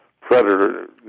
Predator